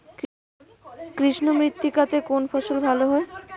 কৃষ্ণ মৃত্তিকা তে কোন ফসল ভালো হয়?